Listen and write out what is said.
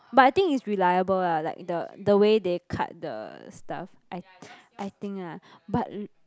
but I think it's reliable ah like the the way they cut the stuff I I think ah but